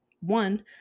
One